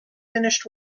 finished